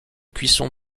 cuisson